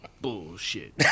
bullshit